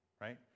right